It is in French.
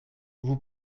vous